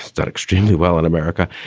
done extremely well in america.